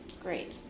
Great